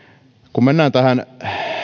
kun mennään tähän